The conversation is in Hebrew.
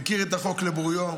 מכיר את החוק על בוריו,